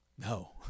No